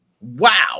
Wow